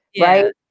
right